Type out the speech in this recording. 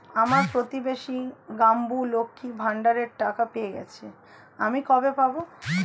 আমার প্রতিবেশী গাঙ্মু, লক্ষ্মীর ভান্ডারের টাকা পেয়ে গেছে, আমি কবে পাব?